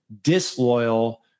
disloyal